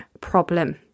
problem